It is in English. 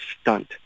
stunt